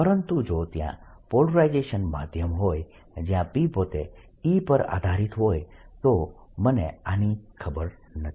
પરંતુ જો ત્યાં પોલરાઈઝેબલ માધ્યમ હોય જ્યાં P પોતે E પર આધારીત હોય તો મને આની ખબર નથી